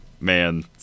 man